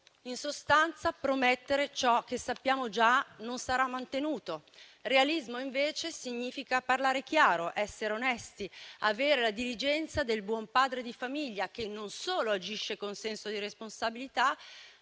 in sostanza, promettere ciò che sappiamo già non sarà mantenuto. Realismo, invece, significa parlare chiaro; essere onesti; avere la diligenza del buon padre di famiglia che non solo agisce con senso di responsabilità,